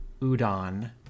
Udon